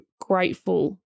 grateful